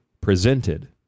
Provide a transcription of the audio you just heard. presented